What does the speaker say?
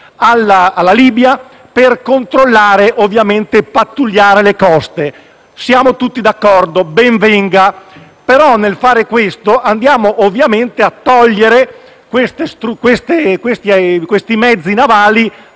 alla Libia, per controllare e pattugliare le coste. Siamo tutti d'accordo: ben venga. Però, nel far questo, andiamo a togliere questi mezzi navali